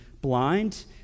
blind